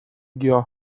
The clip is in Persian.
گیاه